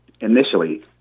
initially